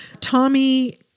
Tommy